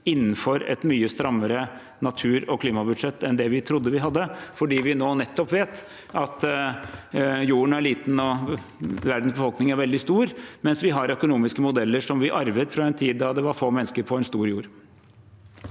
innenfor et mye strammere natur- og klimabudsjett enn det vi trodde vi hadde. Nå vet vi at jorden er liten og verdens befolkning veldig stor, mens vi har økonomiske modeller arvet fra en tid da det var få mennesker på en stor jord.